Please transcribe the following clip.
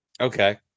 Okay